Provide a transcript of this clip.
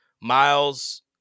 Miles